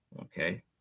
Okay